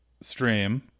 Stream